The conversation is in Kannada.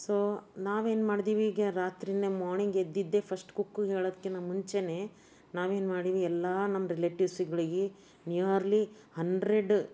ಸೊ ನಾವೇನು ಮಾಡಿದ್ವಿ ಈಗ ರಾತ್ರಿಯೇ ಮಾರ್ನಿಂಗ್ ಎದ್ದಿದ್ದೇ ಫಸ್ಟ್ ಕುಕ್ಕಿಗೆ ಹೇಳೋದಕ್ಕಿಂತ ಮುಂಚೆಯೇ ನಾವೇನು ಮಾಡೀವಿ ಎಲ್ಲ ನಮ್ಮ ರಿಲೇಟಿವ್ಸ್ಗಳಿಗೆ ನಿಯರ್ಲಿ ಹಂಡ್ರೆಡ್